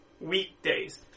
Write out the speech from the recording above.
weekdays